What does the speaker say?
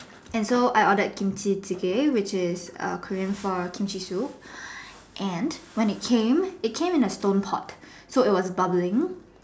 and so I ordered Kimchi chicken which is Korean for Kimchi soup and when it came it came in a stone pot so it was bubbling